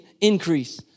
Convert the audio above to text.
increase